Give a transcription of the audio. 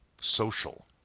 social